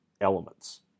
elements